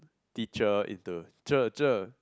teacher into cher cher